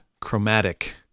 chromatic